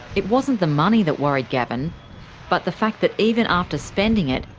it wasn't the money that worried gavin but the fact that even after spending it,